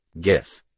gif